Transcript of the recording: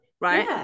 right